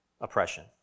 oppression